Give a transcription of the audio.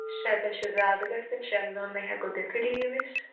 شےٚ دۅہ چھِ زیادٕ گژھان شیٚن دۅہَن نہَ ہیٚکِو دِتھٕے لیٖو أسۍ